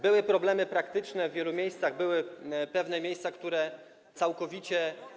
były problemy praktyczne w wielu miejscach, były pewne miejsca, które całkowicie.